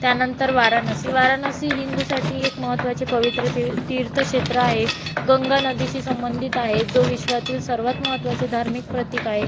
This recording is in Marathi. त्यानंतर वाराणसी वाराणसी हिंदूसाठी एक महत्त्वाचे पवित्र तीर् तीर्थक्षेत्र आहे गंगा नदीशी संबंधित आहे जो विश्वातील सर्वात महत्त्वाचे धार्मिक प्रतीक आहे